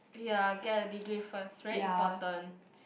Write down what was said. ya get a degree first very important